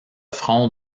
front